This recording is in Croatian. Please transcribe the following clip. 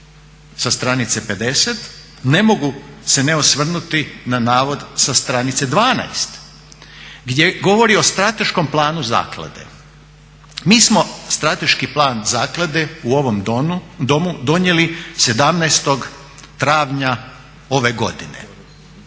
sa stranice 50. ne mogu se ne osvrnuti na navod sa stranice 12. gdje govori o Strateškom planu zaklade. Mi smo Strateški plan zaklade u ovom Domu donijeli 17.4. ove godine,